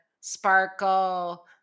sparkle